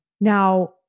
Now